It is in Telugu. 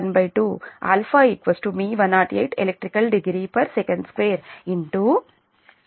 2 2